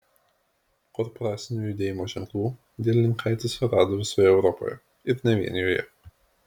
korporacinio judėjimo ženklų dielininkaitis rado visoje europoje ir ne vien joje